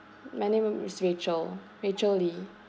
my name is rachel rachel lee